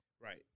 Right